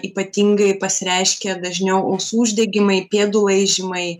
ypatingai pasireiškia dažniau ausų uždegimai pėdų laižymai